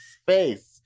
space